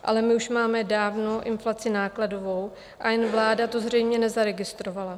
Ale my už máme dávnou inflaci nákladovou a jen vláda to zřejmě nezaregistrovala.